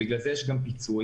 לכן צריך גם פיצוי.